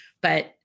but-